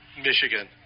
Michigan